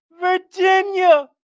Virginia